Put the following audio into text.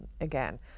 again